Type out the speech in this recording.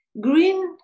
green